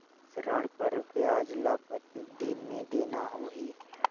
ऋण कर ब्याज ला कतेक दिन मे देना होही?